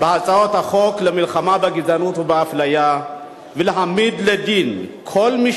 בהצעות החוק למלחמה בגזענות ובאפליה ולהעמיד לדין כל מי